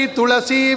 Tulasi